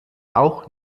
auch